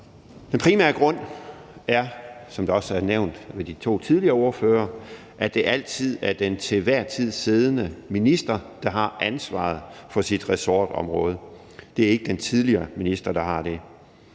tidligere ordførere, at det altid er den til enhver tid siddende minister, der har ansvaret for sit ressortområde; det er ikke den tidligere minister, der har det.